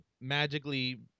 magically